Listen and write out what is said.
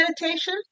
meditation